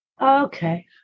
Okay